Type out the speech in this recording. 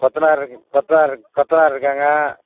கொத்தனார் இருக் கொத்தனார் இருக் கொத்தனார் இருக்காங்க